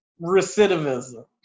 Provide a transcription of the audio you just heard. recidivism